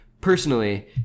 personally